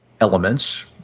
elements